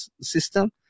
system